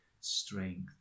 strength